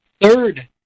Third